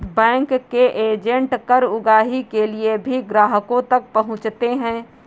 bank के agent कर उगाही के लिए भी ग्राहकों तक पहुंचते हैं